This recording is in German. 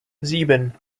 sieben